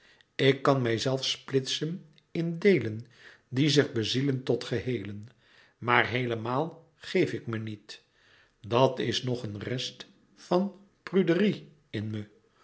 ik kan mijzelf splitsen in deelen die zich bezielen tot geheelen maar heelemaal geef ik me niet dat is nog een rest van pruderie in me